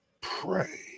pray